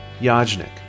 Yajnik